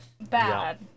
bad